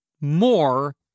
more